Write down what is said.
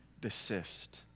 desist